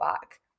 back